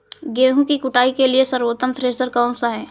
गेहूँ की कुटाई के लिए सर्वोत्तम थ्रेसर कौनसा है?